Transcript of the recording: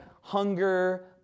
hunger